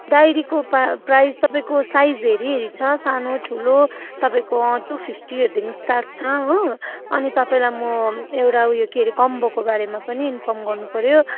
डायरीको प्रा प्राइज तपाईँको साइज हेरी हेरी छ सानो ठुलो तपाईँको टू फिफ्टीहरूदेखि स्टार्ट छ हो अनि तपाईँलाई म एउटा उयो के अरे कम्बोको बारेमा पनि इन्फर्म गर्नुपऱ्यो